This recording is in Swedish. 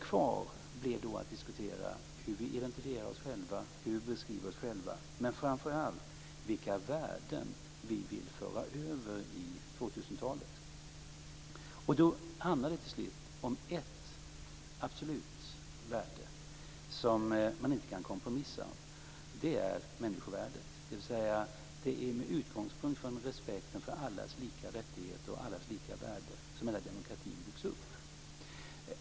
Kvar blir då att diskutera hur vi identifierar oss själva, hur vi beskriver oss själva och framför allt vilka värden vi vill föra över i 2000-talet. Till slut handlar det om ett absolut värde som man inte kan kompromissa om, och det är människovärdet. Det är med utgångspunkt i respekten för allas lika rättigheter och allas lika värde som hela demokratin byggs upp.